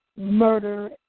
Murder